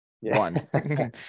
One